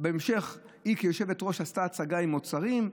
בהמשך היא כיושבת-ראש עשתה הצגה עם עוד שרים: